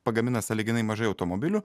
pagamina sąlyginai mažai automobilių